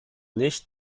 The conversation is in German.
nicht